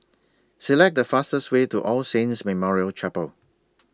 Select The fastest Way to All Saints Memorial Chapel